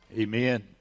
Amen